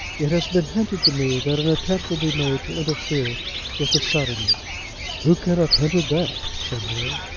it has been hinted to me that an attempt will be made to interfere with the settlement who can have hinted that? said harry.